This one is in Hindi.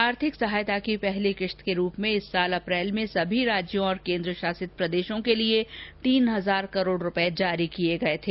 आर्थिक सहायता की पहली किस्त के रूप में इस वर्ष अप्रैल में समी राज्यों और केन्द्रशॉसित प्रदेशों के लिए तीन हजार करोड़ रूपये जारी किये थे